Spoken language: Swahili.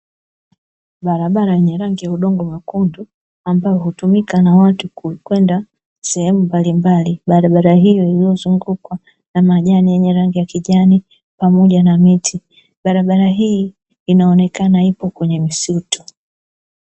Barabara yenye rangi ya udongo mwekundu, ambao hutumika na watu kwenda sehemu mbalimbali barabara hiyo iliyozungukwa na majani yenye rangi ya kijani pamoja na miti barabara hii inaonekana ipo kwenye misutu.